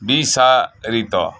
ᱵᱤᱥ ᱥᱟ ᱨᱤᱛᱚ